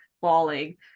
falling